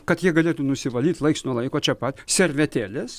kad jie galėtų nusivalyt laiks nuo laiko čia pat servetėlės